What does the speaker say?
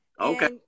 Okay